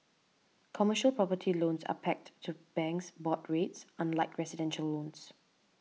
commercial property loans are pegged to banks' board rates unlike residential loans